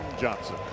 Johnson